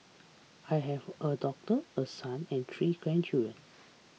I have a daughter a son and three grandchildren